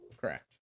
correct